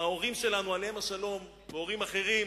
ההורים שלנו, עליהם השלום, והורים אחרים,